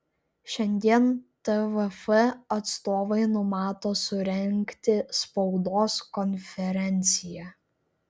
šiandien tvf atstovai numato surengti spaudos konferenciją